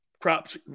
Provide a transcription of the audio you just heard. Props